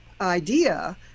idea